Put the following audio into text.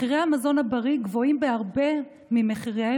מחירי המזון הבריא גבוהים בהרבה ממחיריהם